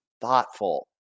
thoughtful